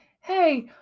hey